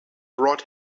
brought